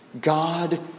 God